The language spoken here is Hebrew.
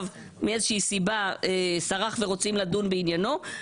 מאיזה שהיא סיבה סרח ורוצים לדון בעניינו,